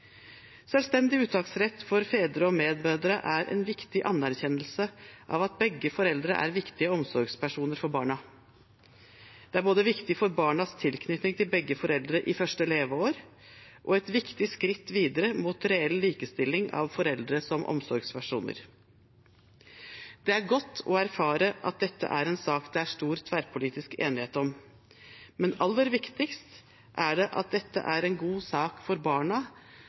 Selvstendig uttaksrett for fedre og medmødre er en viktig anerkjennelse av at begge foreldre er viktige omsorgspersoner for barna. Det er viktig for barnas tilknytning til begge foreldre i første leveår og et viktig skritt videre mot reell likestilling av foreldre som omsorgspersoner. Det er godt å erfare at dette er en sak det er stor tverrpolitisk enighet om, men aller viktigst er det at dette er en god sak for barna,